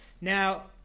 Now